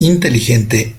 inteligente